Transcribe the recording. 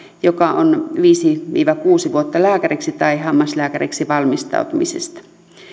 joka on viisi viiva kuusi vuotta lääkäriksi tai hammaslääkäriksi valmistumisesta